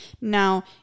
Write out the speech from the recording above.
now